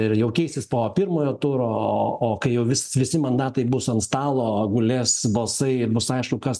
ir jau keisis po pirmojo turo o kai jau vis visi mandatai bus ant stalo gulės balsai ir bus aišku kas